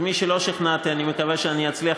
את מי שלא שכנעתי אני מקווה שאני אצליח